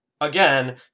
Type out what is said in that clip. Again